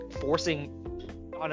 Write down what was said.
forcing